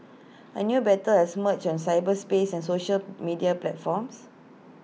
A new battle has emerged on cyberspace and social media platforms